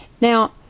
now